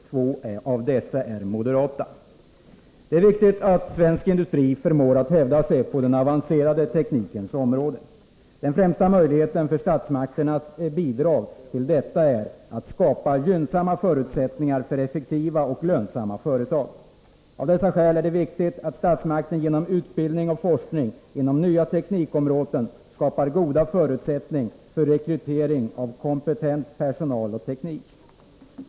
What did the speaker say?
Två av dessa är moderata. Det är viktigt att svensk industri förmår att hävda sig på den avancerade teknikens område. Den främsta möjligheten för statsmakternas bidrag till detta är att skapa gynnsamma förutsättningar för effektiva och lönsamma företag. Av dessa skäl är det viktigt att statsmakterna genom utbildning och forskning inom nya teknikområden skapar goda förutsättningar för rekrytering av kompetent personal och teknik.